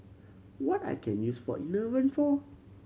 what I can use for Enervon for